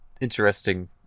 interesting